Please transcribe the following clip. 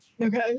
okay